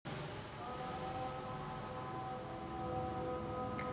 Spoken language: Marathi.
मुक्त श्रेणीतील शेती म्हणजे लागवडीची पद्धत